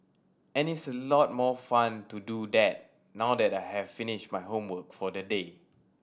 and it is a lot more fun to do that now that I have finished my homework for the day